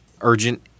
urgent